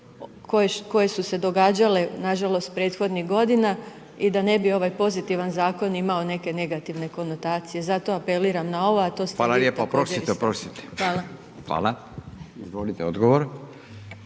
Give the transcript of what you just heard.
koje su se događale nažalost prethodnih godina i da ne bi ovaj pozitivan Zakon imao neke negativne konotacije. Zato apeliram na ovo, .../Govornici govore istovremeno, ne razumije se./...